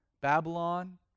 Babylon